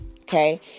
Okay